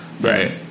right